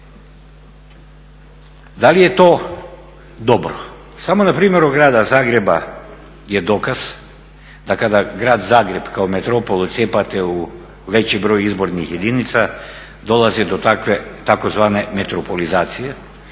Da li je to dobro? Samo na primjeru Grada Zagreba je dokaz da kada Grad Zagreb kao metropolu cijepate u veći broj izbornih jedinica dolazi do tzv. metropolizacije